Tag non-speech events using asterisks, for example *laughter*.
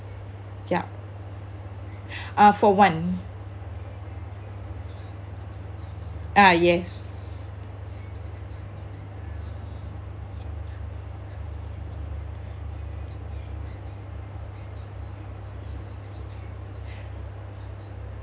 ya *breath* for one ah yes